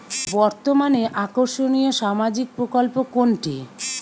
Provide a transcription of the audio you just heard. বর্তমানে আকর্ষনিয় সামাজিক প্রকল্প কোনটি?